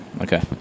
Okay